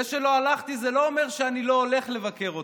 זה שלא הלכתי זה לא אומר שאני לא הולך לבקר אותו.